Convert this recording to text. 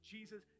Jesus